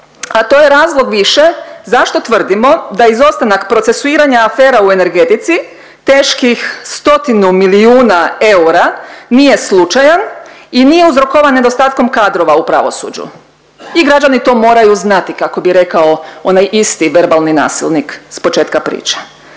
a to je razlog više zašto tvrdimo da izostanak procesuiranja afera u energetici teških stotinu milijuna eura nije slučajan i nije uzrokovan nedostatkom kadrova u pravosuđu. I građani to moraju znati kako bi rekao onaj isti verbalni nasilnik s početka priče.